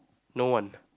no one